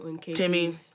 Timmy